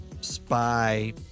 spy